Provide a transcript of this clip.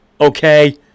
Okay